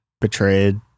betrayed